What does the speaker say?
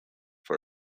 for